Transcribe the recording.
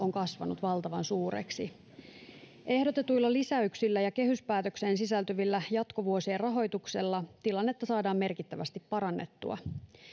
on kasvanut valtavan suureksi ehdotetuilla lisäyksillä ja kehyspäätökseen sisältyvällä jatkovuosien rahoituksella tilannetta saadaan merkittävästi parannettua